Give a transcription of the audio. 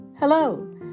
Hello